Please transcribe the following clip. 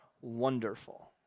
wonderful